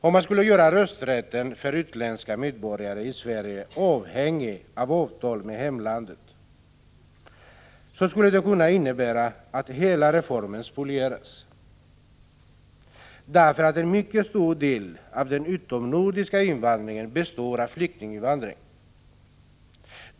Om man skulle göra rösträtten för utländska medborgare i Sverige avhängig av avtal med hemlandet, skulle det kunna innebära att hela reformen spolieras. En mycket stor del av den utomnordiska invandringen består av flyktinginvandring.